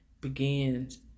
begins